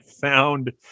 found